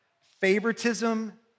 Favoritism